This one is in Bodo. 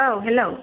औ हेल्ल'